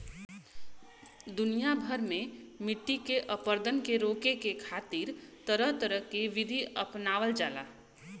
दुनिया भर में मट्टी के अपरदन के रोके खातिर तरह तरह के विधि अपनावल जाला